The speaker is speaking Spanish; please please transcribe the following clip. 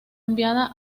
enviada